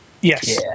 Yes